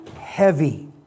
heavy